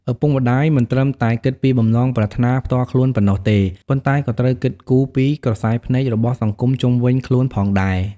ឪពុកម្ដាយមិនត្រឹមតែគិតពីបំណងប្រាថ្នាផ្ទាល់ខ្លួនប៉ុណ្ណោះទេ ប៉ុន្តែក៏ត្រូវគិតគូរពី ក្រសែភ្នែករបស់សង្គមជុំវិញខ្លួន ផងដែរ។